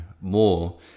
more